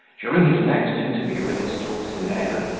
during his next interview with his dulcinea,